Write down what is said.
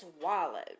swallowed